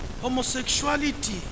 homosexuality